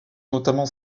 notamment